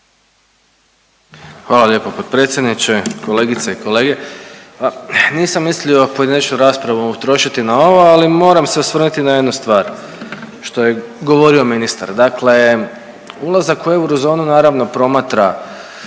Hvala lijepo potpredsjedniče, kolegice i kolege. Nisam mislio pojedinačnu raspravu trošiti na ovo, ali moram se osvrnuti na jednu stvar što je govorio ministar. Dakle, ulazak u eurozonu naravno promatra